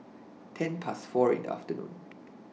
ten Past four in The afternoon